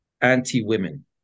anti-women